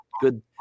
good